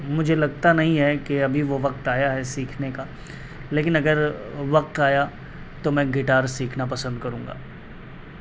مجھے لگتا نہیں ہے کہ ابھی وہ وقت آیا ہے سیکھنے کا لیکن اگر وقت آیا تو میں گٹار سیکھنا پسند کروں گا